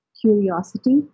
curiosity